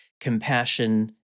compassion